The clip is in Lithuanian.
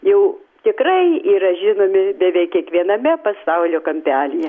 jau tikrai yra žinomi beveik kiekviename pasaulio kampelyje